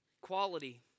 quality